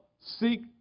Seek